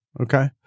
Okay